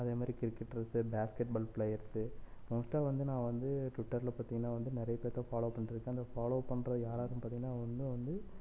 அதேமாதிரி cricketers basketball players மொத்தம் வந்து நான் வந்து டுவீட்டரில் பார்த்திங்கனா வந்து நிறைய பேர்த்தை ஃபாலோ பண்ணிகிட்ருக்கேன் ஃபாலோ பண்ணுற யாராருனு பார்த்திங்கன்னா வந்து